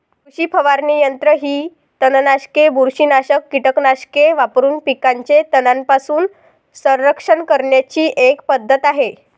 कृषी फवारणी यंत्र ही तणनाशके, बुरशीनाशक कीटकनाशके वापरून पिकांचे तणांपासून संरक्षण करण्याची एक पद्धत आहे